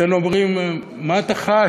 אצלנו אומרים: מה אתה חש?